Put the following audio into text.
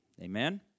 Amen